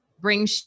bring